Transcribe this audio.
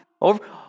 over